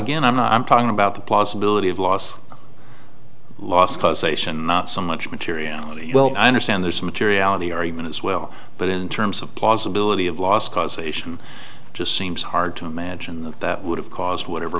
again i'm not i'm talking about the possibility of loss loss causation not so much material well i understand there's materiality argument as well but in terms of possibility of loss causation just seems hard to imagine that that would have caused whatever